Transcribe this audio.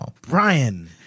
Brian